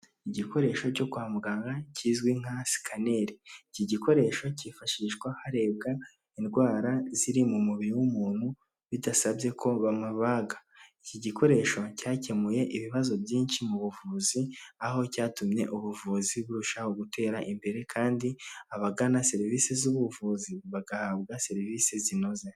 Igikoresho cyo kwa muganga kizwi nka sikaneri, iki gikoresho cyifashishwa harebwa indwara ziri mu mubiri w'umuntu bidasabye ko bamubaga, iki gikoresho cyakemuye ibibazo byinshi mu buvuzi, aho cyatumye ubuvuzi burushaho gutera imbere kandi abagana serivisi z'ubuvuzi bagahabwa serivisi zinoze.